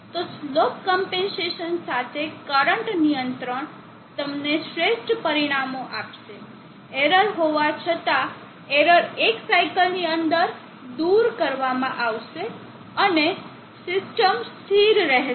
તો slope compensation સાથે current નિયંત્રણ તમને શ્રેષ્ઠ પરિણામો આપશે એરર હોવા છતાં એરર એક સાઇકલની અંદર દૂર કરવામાં આવશે અને સિસ્ટમ સ્થિર રહેશે